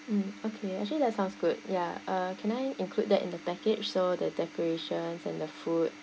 mm okay actually that sounds good ya uh can I include that in the package so the decorations and the food